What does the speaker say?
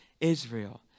Israel